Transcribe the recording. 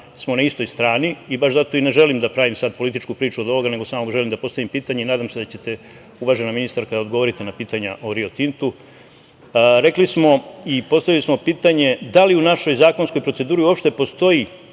smo na istoj strani i baš zato ne želim da pravim sad političku priču od ovoga, nego samo želim da postavim pitanje i nadam se da ćete uvažena ministarka odgovoriti na pitanja o Rio Tintu. Rekli smo i postavili smo pitanje da li u našoj zakonskoj proceduri uopšte postoji,